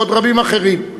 ועוד רבים אחרים.